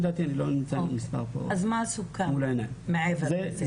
מה סוכם מעבר לזה?